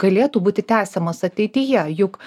galėtų būti tęsiamas ateityje juk